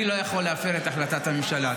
אני לא יכול להפר את החלטת הממשלה.